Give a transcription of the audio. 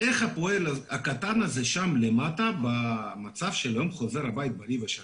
איך הפועל הקטן הזה שם למטה במצב של היום חוזר הביתה בריא ושלם.